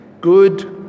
good